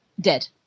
Dead